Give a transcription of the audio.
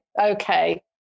okay